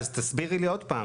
אז תסבירי את זה עוד פעם,